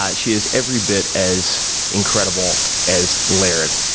ah she is every bit as incredible as laird,